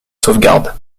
sauvegarde